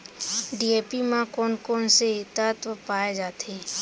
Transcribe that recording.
DAP म कोन कोन से तत्व पाए जाथे?